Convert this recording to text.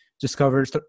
discovered